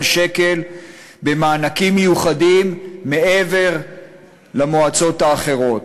שקל במענקים מיוחדים מעבר למועצות האחרות.